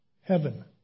heaven